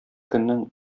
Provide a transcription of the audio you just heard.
көннең